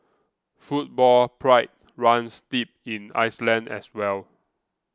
football pride runs deep in Iceland as well